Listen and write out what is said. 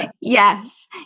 yes